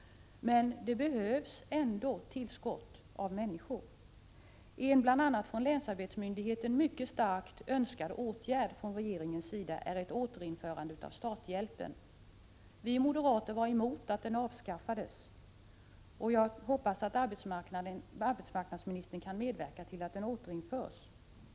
Men det behövs ändå ett tillskott av människor. En bl.a. av länsarbetsmyndigheten starkt önskad åtgärd från regeringens sida är att man återinför starthjälpen. Vi moderater var emot att denna avskaffades. Nu hoppas jag att arbetsmarknadsministern kan medverka till att starthjälpen återinförs.